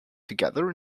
together